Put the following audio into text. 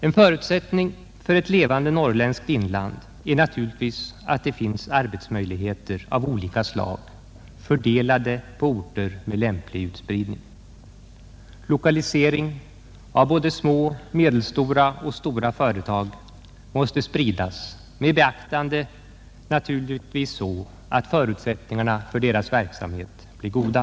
En förutsättning för ett levande norrländskt inland är att det finns arbetsmöjligheter av olika slag fördelade på orter med lämplig utspridning. Lokaliseringen av såväl små och medelstora som stora företag måste spridas ut, naturligtvis med beaktande av att förutsättningarna för deras verksamhet blir goda.